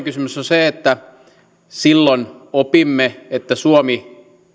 se että silloin opimme että suomi